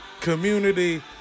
community